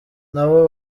nabo